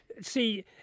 see